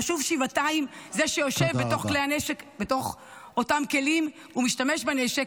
חשוב שבעתיים זה שיושב בתוך אותם כלים ומשתמש בנשק,